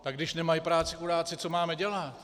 Tak když nemají práci, chudáci, co máme dělat.